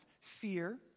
fear